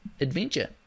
adventure